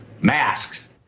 masks